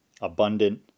abundant